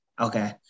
Okay